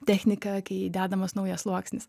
technika kai dedamas naujas sluoksnis